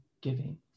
giving